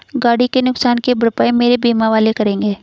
गाड़ी के नुकसान की भरपाई मेरे बीमा वाले करेंगे